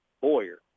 Boyer